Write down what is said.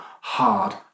hard